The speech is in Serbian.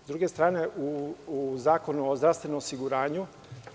Sa druge strane, u Zakonu o zdravstvenom osiguranju,